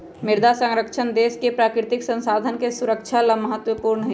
मृदा संरक्षण देश के प्राकृतिक संसाधन के सुरक्षा ला महत्वपूर्ण हई